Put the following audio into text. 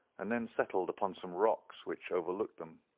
and then settled upon some rocks which overlooked them.